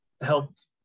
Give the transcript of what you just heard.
helped